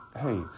hey